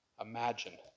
Imagine